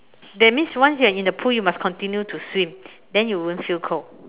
that means once you are in the pool you must continue to swim then you won't feel cold